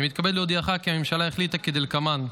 אני מתכבד להודיעך כי הממשלה החליטה כדלקמן: